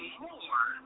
more